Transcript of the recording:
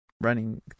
running